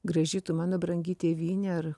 graži tu mano brangi tėvynė ar